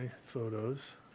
photos